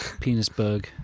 Penisberg